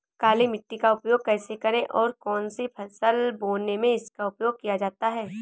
काली मिट्टी का उपयोग कैसे करें और कौन सी फसल बोने में इसका उपयोग किया जाता है?